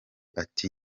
ati